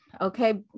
okay